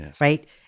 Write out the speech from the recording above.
right